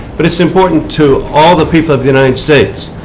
but it is important to all the people of the united states.